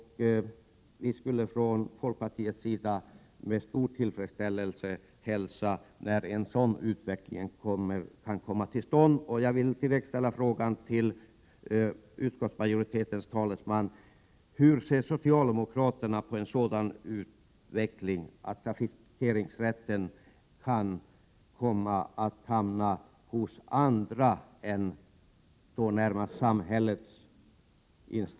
Vi skulle från folkpartiets sida hälsa en sådan utveckling med stor tillfredsställelse. Jag vill direkt ställa frågan till utskottsmajoritetens talesman: Hur ser socialdemokraterna på en sådan utveckling att trafikeringsrätten kan komma att hamna hos andra instanser än samhällets?